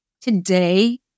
today